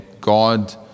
God